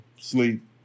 sleep